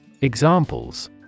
Examples